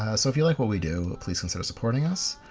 ah so if you like what we do, please consider supporting us.